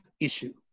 issue